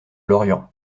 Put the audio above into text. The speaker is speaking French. lorient